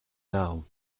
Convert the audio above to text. now